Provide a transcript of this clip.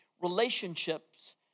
relationships